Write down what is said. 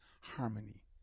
harmony